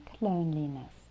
loneliness